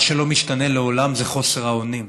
מה שלא משתנה לעולם זה חוסר האונים.